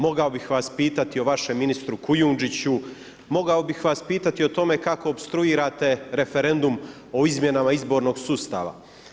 Mogao bih vas pitati o vašem ministru Kujundžiću, mogao bih vas pitati o tome kako opstruirate referendum o izmjenama izbornog sustava.